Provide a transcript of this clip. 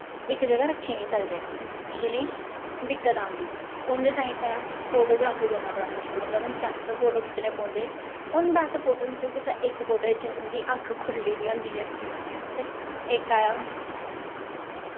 इक जगह् रक्खी निं सकदे जि'नेंगी दिक्कत आंदी उं'दी ताईं तां फोटोग्राफी करना बड़ा मुश्कल होंदा उ'नें दस फोटो खिच्चने पौंदे हून दस फोटो चा कुसै इक फोटो च उंदी अक्ख खु'ल्ली दी होंदी ऐ ते इक आया